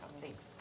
Thanks